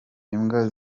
imbwa